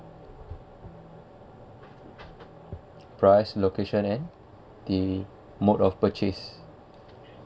price location and the mode of purchase